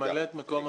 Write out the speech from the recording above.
ממלאת מקום הנגידה.